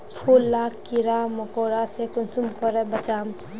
फूल लाक कीड़ा मकोड़ा से कुंसम करे बचाम?